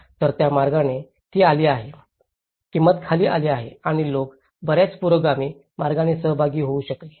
तर त्या मार्गाने ती आली आहे किंमत खाली आली आहे आणि लोक बर्याच पुरोगामी मार्गाने सहभागी होऊ शकले